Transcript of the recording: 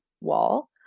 wall